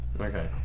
okay